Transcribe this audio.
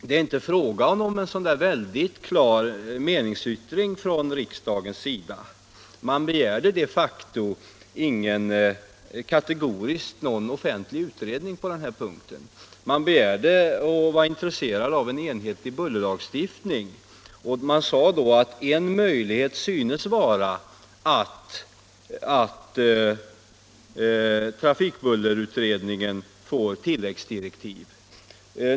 Det är inte fråga om en väldigt klar meningsyttring från regeringen. Man begärde de facto inte kategoriskt någon offentlig utredning på denna punkt. Man var intresserad av och krävde en enhetlig bullerlagstiftning Enhetlig bullerlag Enhetlig bullerlag 140 och sade att en möjlighet synes vara att trafikbullerutredningen får tillläggsdirektiv.